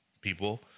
people